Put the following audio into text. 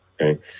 okay